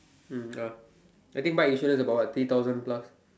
(um)n(uh) I think bike insurance is about what three thousand plus